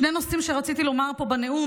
שני נושאים רציתי לומר פה בנאום,